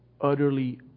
utterly